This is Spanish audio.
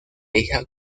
hija